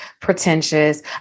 pretentious